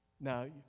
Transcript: Now